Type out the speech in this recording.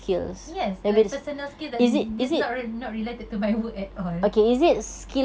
yes like personal skills that is not is not related to my work at all